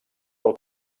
del